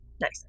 Nice